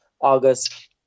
August